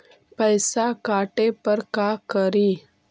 पैसा काटे पर का करि?